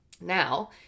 Now